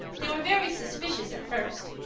they were very suspicious at first.